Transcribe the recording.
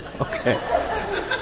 Okay